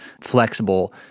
flexible